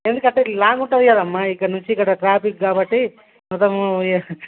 ఎందుకంటే లాంగ్ ఉంటుంది కదమ్మా ఇక్కడి నుంచి ఇక్కడ ట్రాఫిక్ కాబట్టి మొత్తము ఇక